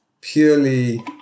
purely